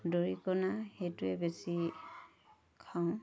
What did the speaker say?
দৰিকনা সেইটোৱে বেছি খাওঁ